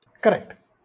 Correct